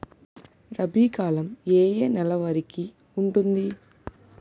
రబీ కాలం ఏ ఏ నెల వరికి ఉంటుంది?